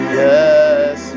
yes